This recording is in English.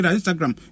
Instagram